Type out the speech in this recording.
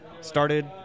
started